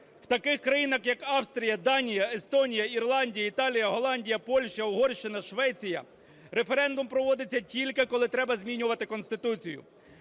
В таких країнах як Австрія, Данія, Естонія, Ірландія, Італія, Голландія, Польща, Угорщина, Швеція референдум проводиться тільки, коли треба змінювати Конституцію.